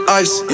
ice